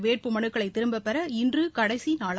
வேட்பு மனுக்களை திரும்பப்பெற இன்று கடைசி நாள்